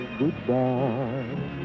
goodbye